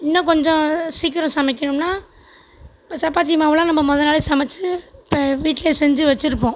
இன்னும் கொஞ்சம் சீக்கிரம் சமைக்கணும்னால் இப்ப சப்பாத்தி மாவு எல்லாம் நம்ப மொதல்னாளே சமைத்து இப்ப வீட்டில் செஞ்சு வச்சுருப்போம்